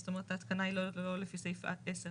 זאת אומרת, ההתקנה היא לא לפי סעיף 10(א)